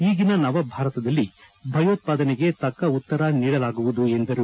ಈಗಿನ ನವಭಾರತದಲ್ಲಿ ಭಯೋತ್ವಾದನೆಗೆ ತಕ್ಷ ಉತ್ತರ ನೀಡಲಾಗುವುದು ಎಂದರು